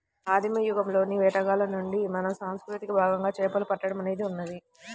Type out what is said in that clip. ఆదిమ యుగంలోని వేటగాళ్ల కాలం నుండి మానవ సంస్కృతిలో భాగంగా చేపలు పట్టడం అనేది ఉన్నది